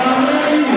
השר מרגי.